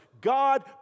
God